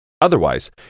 Otherwise